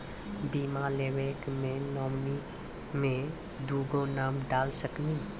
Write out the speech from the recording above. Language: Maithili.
बीमा लेवे मे नॉमिनी मे दुगो नाम डाल सकनी?